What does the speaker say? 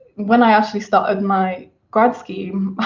when i actually started my grad scheme,